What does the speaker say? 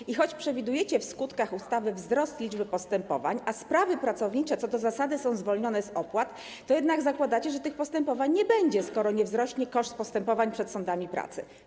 I choć przewidujecie w skutkach ustawy wzrost liczby postępowań, a sprawy pracownicze co do zasady są zwolnione z opłat, to jednak zakładacie, że tych postępowań nie będzie, skoro nie wzrośnie koszt postępowań przed sądami pracy.